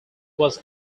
was